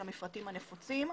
של המפרטים הנפוצים,